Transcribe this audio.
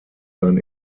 sein